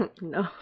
No